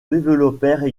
développèrent